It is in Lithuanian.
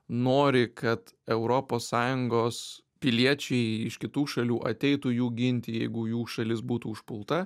nori kad europos sąjungos piliečiai iš kitų šalių ateitų jų ginti jeigu jų šalis būtų užpulta